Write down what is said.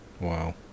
Wow